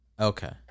okay